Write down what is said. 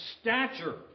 stature